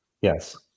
Yes